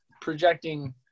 projecting